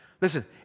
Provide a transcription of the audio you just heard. Listen